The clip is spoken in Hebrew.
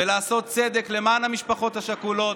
ולעשות צדק למען המשפחות השכולות,